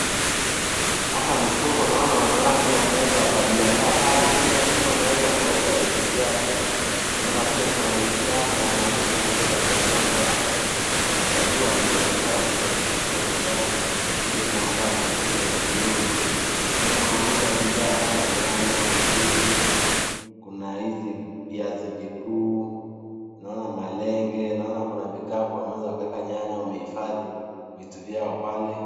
Hapa ni soko naona wanawake wameweza wakajiandaa pale, kila mtu anaweza akauza vitu vyake. Naona pia kuna Mwislamu mwanamke ameweza akainama hapa anachagua nyanya zake za kuchukua nyumbani ili kuandaa chakula ya jioni. Naona wanauza bidhaa kama nyanya, mihindi, kuna hizi viazi vikuu, naona malenge, naona kuna vikapu wameweza wakaweka nyanya wamehifadhi vitu vyao pale.